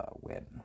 win